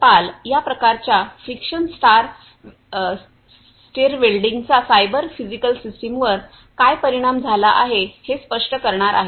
पाल या प्रकारच्या friction stir वेल्डिंगचा सायबर फिजिकल सिस्टमवर काय परिणाम झाला आहे हे स्पष्ट करणार आहेत